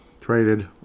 traded